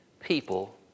people